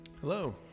Hello